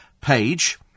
page